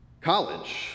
College